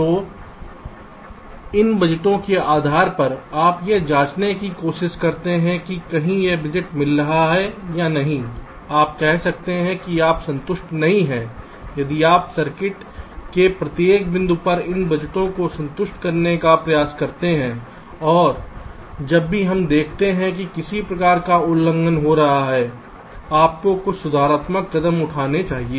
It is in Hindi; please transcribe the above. और इन बजटों के आधार पर आप यह जांचने की कोशिश करते हैं कि कहीं यह बजट मिल रहा है या नहीं आप कह सकते हैं कि आप संतुष्ट नहीं हैं यदि आप सर्किट के प्रत्येक बिंदु पर इन बजटों को संतुष्ट करने का प्रयास करते हैं और जब भी हम देखते हैं कि किसी प्रकार का उल्लंघन हो रहा हैं आपको कुछ सुधारात्मक कदम उठाने चाहिए